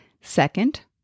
Second